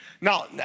Now